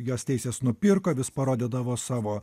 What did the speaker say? jos teises nupirko vis parodydavo savo